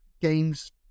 games